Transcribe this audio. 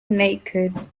naked